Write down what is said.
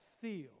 feel